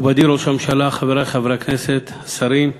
מכובדי ראש הממשלה, חברי חברי הכנסת, שרים,